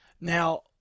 Now